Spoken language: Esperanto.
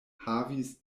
havis